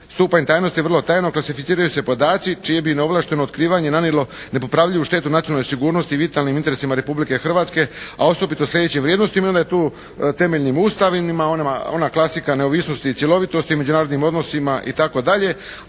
stupanj tajnosti vrlo tajno klasificiraju se podaci čije bi na ovlašteno otkrivanje nanijelo nepopravljivu štetu nacionalne sigurnosti i vitalnim interesima Republike Hrvatske, a osobito sljedeće vrijednosti onda je tu temeljem Ustava, ona klasika neovisnosti i cjelovitosti, međunarodnim odnosima itd.